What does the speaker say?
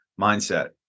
mindset